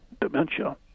dementia